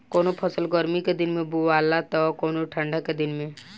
कवनो फसल गर्मी के दिन में बोआला त कवनो ठंडा के दिन में